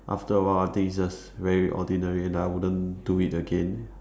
after awhile I think it's just very ordinary and I wouldn't do it again